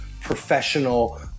professional